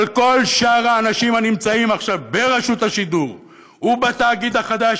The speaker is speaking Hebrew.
אבל כל שאר האנשים שנמצאים עכשיו ברשות השידור ובתאגיד החדש,